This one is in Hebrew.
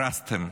הרסתם.